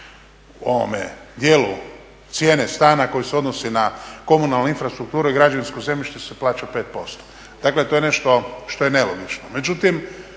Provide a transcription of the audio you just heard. u ovome dijelu cijene stana koje se odnose na komunalnu infrastrukturu i građevinsko zemljište se plaća 5%, dakle to je nešto što je nelogično.